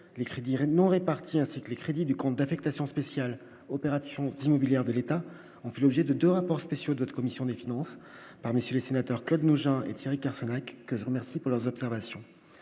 les crédits rhénan répartis ainsi que les crédits du compte d'affectation spéciale opérations immobilières de l'État en fait l'objet de 2 rapports spéciaux d'autres commissions des finances par monsieur le sénateur Claude Nogent et Thierry Carcenac, que je remercie pour leurs observations,